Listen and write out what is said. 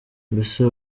mbese